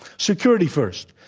security first.